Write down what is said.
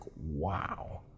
wow